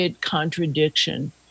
contradiction